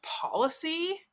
policy